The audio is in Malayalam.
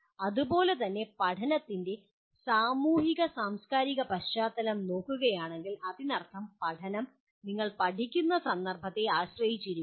അതുപോലെ തന്നെ "പഠനത്തിന്റെ സാമൂഹിക സാംസ്കാരിക പശ്ചാത്തലം" നോക്കുകയാണെങ്കിൽ അതിനർത്ഥം പഠനം നിങ്ങൾ പഠിക്കുന്ന സന്ദർഭത്തെ ആശ്രയിച്ചിരിക്കുന്നു